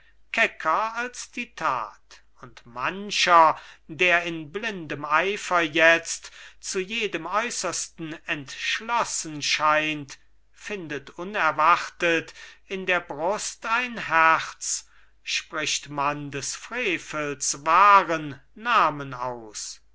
als die tat und mancher der in blindem eifer jetzt zu jedem äußersten entschlossen scheint findet unerwartet in der brust ein herz spricht man des frevels wahren namen aus